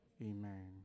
Amen